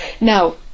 now